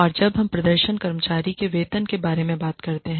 और जब हम प्रदर्शन कर्मचारी के वेतन के बारे में बात करते हैं